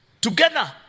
Together